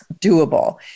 doable